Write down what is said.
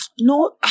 No